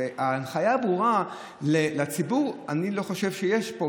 הנחיה ברורה לציבור אני לא חושב שיש פה.